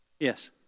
Yes